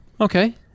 Okay